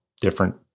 different